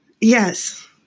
yes